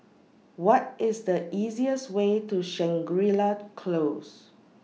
What IS The easiest Way to Shangri La Close